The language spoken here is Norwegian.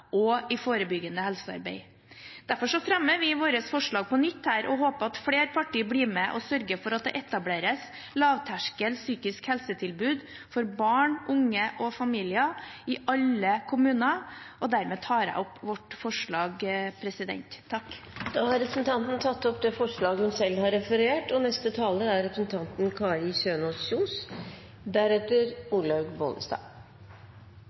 og i forebyggende helsearbeid. Derfor fremmer vi våre forslag på nytt her og håper at flere partier blir med og sørger for at det etableres lavterskel psykisk helsetilbud for barn, unge og familier i alle kommuner. Dermed tar jeg opp vårt forslag. Representanten Ingvild Kjerkol har tatt opp det forslaget hun refererte til. Stadig hører vi at ungdommen av i dag er